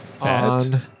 on